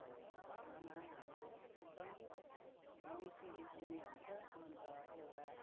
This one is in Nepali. धर्ममा हाम्रो एकदमै मङ्सिरे पूर्णे हुन्छ अन्त एउटा